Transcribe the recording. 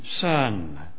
Son